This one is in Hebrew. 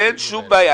אין שום בעיה.